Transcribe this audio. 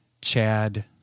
Chad